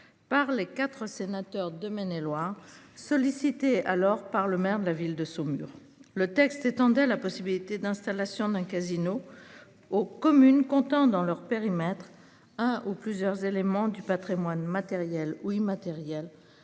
par les 4 sénateur de Maine-et-Loire sollicité alors par le maire de la ville de Saumur le texte étendait la possibilité d'installation d'un casino aux communes comptant dans leur périmètre un ou plusieurs éléments du Patrimoine matériel ou immatériel,